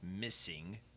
missing